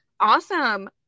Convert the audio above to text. awesome